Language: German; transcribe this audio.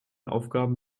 aufgaben